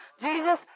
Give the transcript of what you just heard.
Jesus